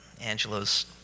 Angelo's